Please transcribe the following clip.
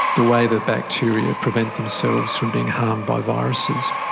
the way that bacteria prevent themselves from being harmed by viruses.